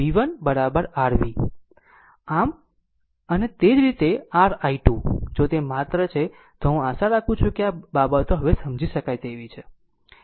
આમ અને તે જ રીતે r i 2 જો તે માત્ર છે તો હું આશા રાખું છું કે આ બાબતો હવે સમજી શકાય તેવું છે